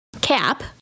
cap